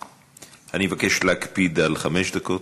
אני מבקש להקפיד על חמש דקות.